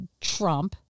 Trump